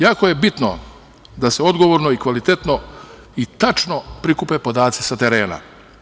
Jako je bitno da se odgovorno, kvalitetno i tačno prikupe podaci sa terena.